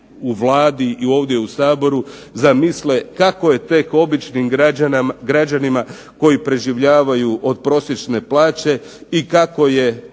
u Vladi i u Saboru zamisle kako je tek običnim građanima koji preživljavaju od prosječne plaće i kako je